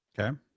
Okay